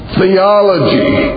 theology